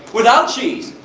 without cheese.